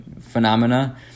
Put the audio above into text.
phenomena